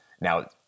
Now